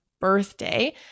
birthday